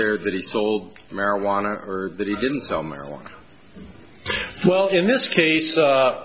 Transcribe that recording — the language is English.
there that he sold marijuana or that he didn't sell marijuana well in this case